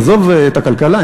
עזוב את הכלכלה,